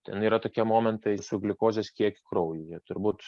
ten yra tokie momentai gliukozės kiekį kraujyje turbūt